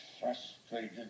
frustrated